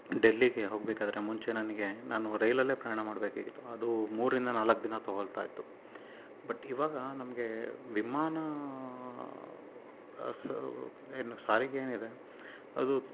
ಡೆಲ್ಲಿಗೆ ಹೋಗಬೇಕಾದ್ರೆ ಮುಂಚೆ ನನಗೆ ನಾನು ರೈಲಲ್ಲೇ ಪ್ರಯಾಣ ಮಾಡಬೇಕಾಗಿತ್ತು ಅದು ಮೂರರಿಂದ ನಾಲ್ಕು ದಿನ ತಗೋಳ್ತಾ ಇತ್ತು ಬಟ್ ಇವಾಗ ನಮಗೆ ವಿಮಾನ ಸಾ ಏನು ಸಾರಿಗೆ ಏನಿದೆ ಅದು